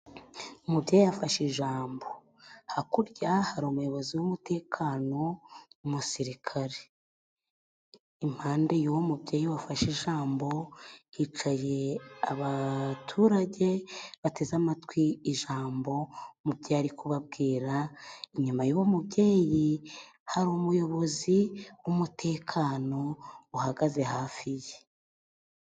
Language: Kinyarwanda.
Umubyeyi afashe ijambo. Hakurya hari umuyobozi w'umutekano, umusirikare. Impande y'uwo mubyeyi wafashe ijambo, hicaye abaturage bateze amatwi ijambo umubyeyi ari kubabwira, inyuma y'uwo mubyeyi, hari umuyobozi w'umutekano uhagaze hafi ye.